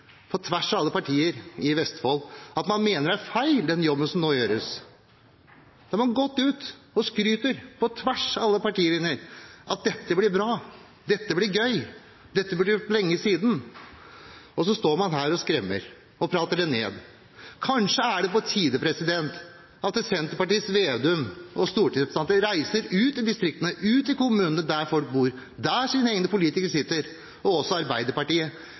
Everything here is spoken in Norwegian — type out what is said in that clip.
på tvers av alle partier i Vestfold – at man mener den jobben som nå gjøres, er feil. Her har man gått ut og skrytt – på tvers av alle partilinjer – om at dette blir bra, dette blir gøy, dette burde vi ha gjort for lenge siden. Og så står man her og skremmer og prater det ned. Kanskje er det på tide at Senterpartiets Slagsvold Vedum og andre stortingsrepresentanter – også Arbeiderpartiets – reiser ut i distriktene, ut i kommunene, der folk bor, der deres egne politikere sitter.